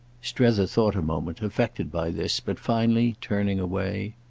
strether thought a moment, affected by this, but finally turning away.